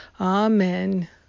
Amen